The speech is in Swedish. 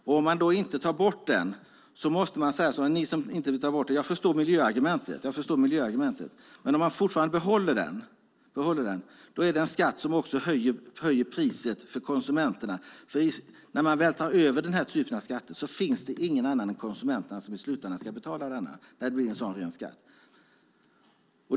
Jag förstår miljöargumentet för att man inte vill ta bort den. Men om man behåller den är det en skatt som höjer priset för konsumenterna. Det finns ingen annan än konsumenterna som i slutändan ska betala denna typ av skatter.